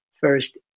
first